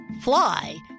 fly